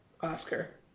oscar